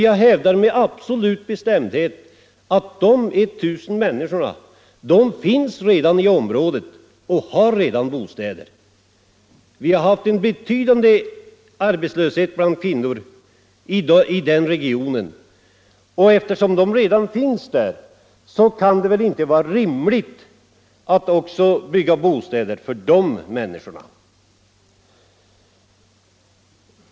Jag hävdar med absolut bestämdhet att de 1000 människorna redan finns i området och har bostäder. Vi har haft en betydande arbetslöshet bland kvinnor i den regionen, och eftersom de redan finns där kan det väl inte vara rimligt att också bygga bostäder för de människorna.